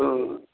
ओऽ